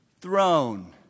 Throne